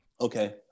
Okay